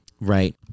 Right